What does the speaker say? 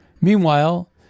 Meanwhile